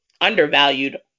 undervalued